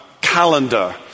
calendar